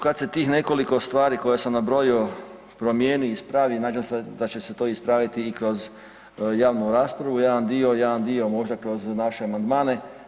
Kad se tih nekoliko stvari koje sam nabrojio promijeni i ispravi, nadam se da će se to ispraviti i kroz javnu raspravu jedan dio, jedan dio možda kroz naše amandmane.